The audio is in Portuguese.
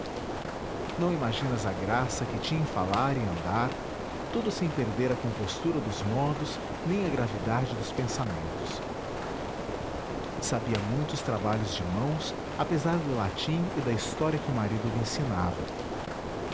não imaginas a graça que tinha em falar e andar tudo sem perder a compostura dos modos nem a gravidade dos pensamentos sabia muitos trabalhos de mãos apesar do latim e da história que o marido lhe ensinava